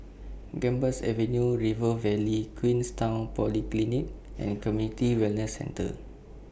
Gambas Avenue River Valley Queenstown Polyclinic and Community Wellness Centre